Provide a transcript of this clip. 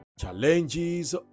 challenges